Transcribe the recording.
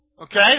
Okay